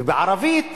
ובערבית